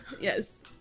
Yes